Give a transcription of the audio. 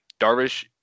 Darvish